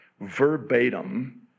verbatim